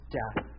death